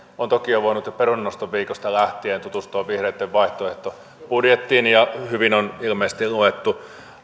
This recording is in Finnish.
on toki voinut jo perunannostoviikosta lähtien tutustua vihreitten vaihtoehtobudjettiin ja hyvin on ilmeisesti luettu